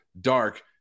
dark